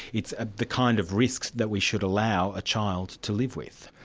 it's ah the kind of risks that we should allow a child to live with.